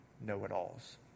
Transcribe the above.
know-it-alls